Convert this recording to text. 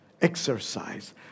exercise